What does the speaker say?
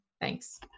thanks